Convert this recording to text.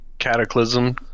Cataclysm